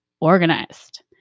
organized